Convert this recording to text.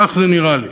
כך זה נראה לי.